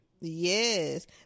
yes